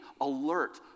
alert